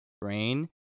brain